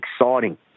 exciting